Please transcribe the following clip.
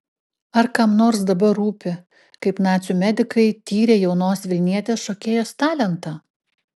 ar kam nors dabar rūpi kaip nacių medikai tyrė jaunos vilnietės šokėjos talentą